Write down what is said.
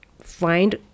find